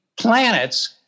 planets